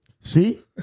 See